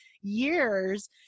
years